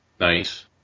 Nice